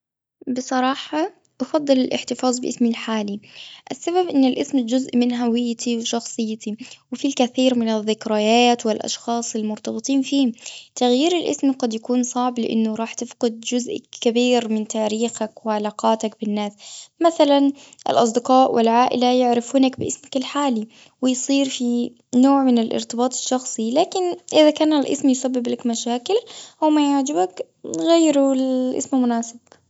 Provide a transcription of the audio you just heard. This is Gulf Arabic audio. بصراحة أفضل الاحتفاظ باسمي الحالي. السبب إن الاسم جزء من هويتي وشخصيتي، وفي الكثير من الذكريات والأشخاص المرتبطين فيه. تغيير الاسم قد يكون صعب، لأنه راح تفقد جزء كبير من تاريخك وعلاقاتك بالناس. مثلاً الأصدقاء والعائلة، يعرفونك باسمك الحالي، ويصير في نوع من الارتباط الشخصي. لكن إذا كان الاسم يسبب لك مشاكل، وما يعجبك غيره لاسم مناسب.